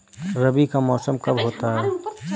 रबी का मौसम कब होता हैं?